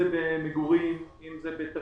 אם זה במגורים, אם זה בתשתיות.